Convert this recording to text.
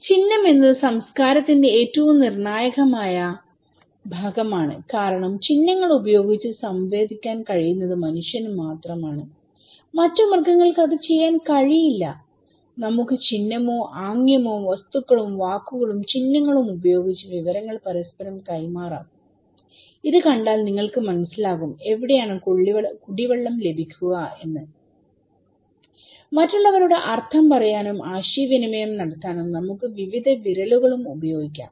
ചിഹ്നം എന്നത് സംസ്കാരത്തിന്റെ ഏറ്റവും നിർണായകമായ ഭാഗമാണ് കാരണം ചിഹ്നങ്ങൾ ഉപയോഗിച്ച് സംവദിക്കാൻ കഴിയുന്നത് മനുഷ്യന് മാത്രം ആണ് മറ്റ് മൃഗങ്ങൾക്ക് അത് ചെയ്യാൻ കഴിയില്ല നമുക്ക് ചിഹ്നമോ ആംഗ്യമോ വസ്തുക്കളും വാക്കുകളുംചിഹ്നങ്ങളും ഉപയോഗിച്ച് വിവരങ്ങൾ പരസ്പരം കൈമാറാം ഇത് കണ്ടാൽ നിങ്ങൾക്ക് മനസ്സിലാകും എവിടെയാണ് കുടിവെള്ളം ലഭിക്കുക എന്ന് മറ്റുള്ളവരോട് അർഥം പറയാനും ആശയവിനിമയം നടത്താനും നമുക്ക് വിവിധ വിരലുകളും ഉപയോഗിക്കാം